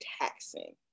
taxing